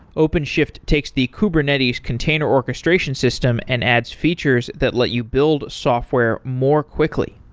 openshift takes the kubernetes container orchestration system and adds features that let you build software more quickly.